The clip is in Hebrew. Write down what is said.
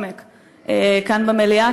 או שלא נדון מספיק לעומק כאן במליאה,